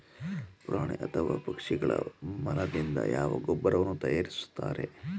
ಪ್ರಾಣಿ ಅಥವಾ ಪಕ್ಷಿಗಳ ಮಲದಿಂದ ಯಾವ ಗೊಬ್ಬರವನ್ನು ತಯಾರಿಸುತ್ತಾರೆ?